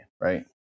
right